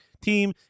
team